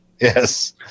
yes